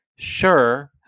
sure